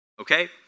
Okay